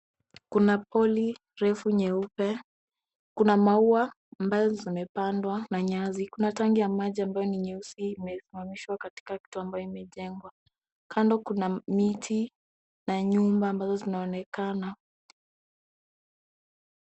Kuna Poli refu nyeupe. Kuna mauwa ambazo zimepandwa na nyasi. Kuna tanki ya maji ambayo ni nyeusi imesimamishwa katika kitu ambayo imejengwa. Kando kuna miti na nyumba ambazo zinaonekana.